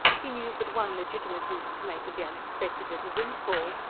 he knew but one legitimate use to make of the unexpected little windfall,